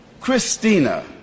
Christina